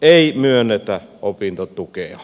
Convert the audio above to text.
ei myönnetä opintotukea